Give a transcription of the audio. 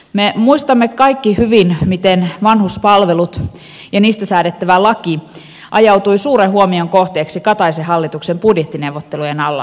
me muistamme kaikki hyvin miten vanhuspalvelut ja niistä säädettävä laki ajautui suuren huomion kohteeksi kataisen hallituksen budjettineuvottelujen alla loppukesällä